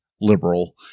liberal